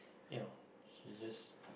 you know she just